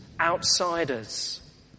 outsiders